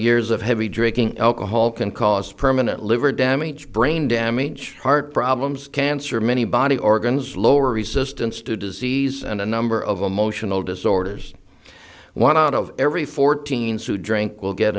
years of heavy drinking alcohol can cause permanent liver damage brain damage heart problems cancer many body organs lower resistance to disease and a number of emotional disorders one out of every fourteen sue drink will get